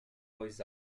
voz